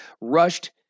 rushed